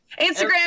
Instagram